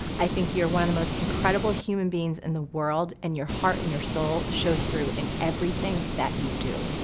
i think you're one of the most incredible human beings in the world and your heart and your soul shows through in everything that you do.